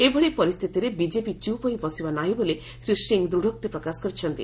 ଏଭଳି ପରିସ୍ଥିତିରେ ବିଜେପି ଚୁପ୍ ହୋଇ ବସିବ ନାହିଁ ବୋଲି ଶ୍ରୀ ସିଂହ ଦୂଢୋକ୍ତି ପ୍ରକାଶ କରିଛନ୍ତି